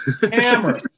hammer